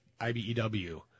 IBEW